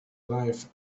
life